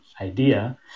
idea